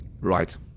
Right